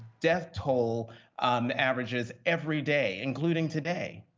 death toll averages every day, including today.